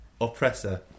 Oppressor